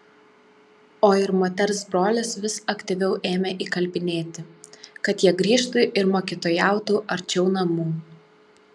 o ir moters brolis vis aktyviau ėmė įkalbinėti kad jie grįžtų ir mokytojautų arčiau namų